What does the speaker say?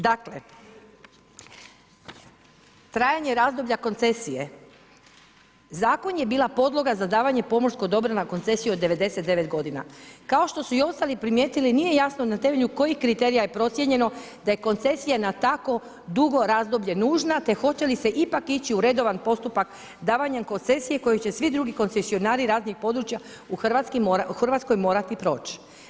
Dakle, trajanje razdoblja koncesije, zakon je bila podloga za davanje pomorskog dobra na koncesiju od 99 godina, kao što su i ostali primijetili, nije jasno na temelju kojih kriterija je procijenjeno da je koncesija na tako dugo razdoblje nužan te hoće li se ipak ići u redovan postupak davanjem koncesije koju će svi drugi koncesionari raznih područja u Hrvatskoj morati proći.